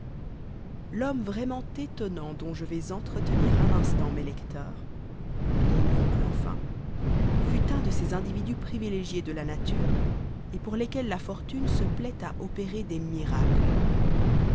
l'homme vraiment étonnant dont je vais entretenir un instant mes lecteurs mon oncle enfin fut un de ces individus privilégiés de la nature et pour lesquels la fortune se plaît à opérer des miracles